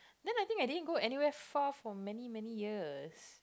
then I think I didn't go anywhere far for many many years